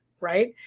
right